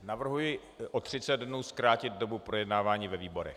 Navrhuji o 30 dnů zkrátit dobu projednávání ve výborech.